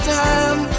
time